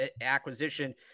acquisition